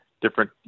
different